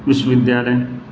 وشو ودیالیہ